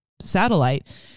Satellite